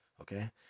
okay